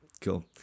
Cool